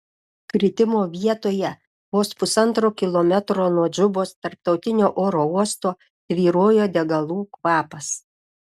kritimo vietoje vos pusantro kilometro nuo džubos tarptautinio oro uosto tvyrojo degalų kvapas